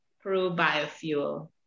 pro-biofuel